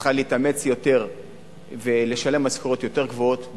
צריכה להתאמץ יותר ולשלם משכורות יותר גבוהות,